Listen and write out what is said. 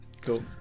Cool